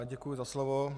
Děkuji za slovo.